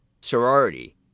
sorority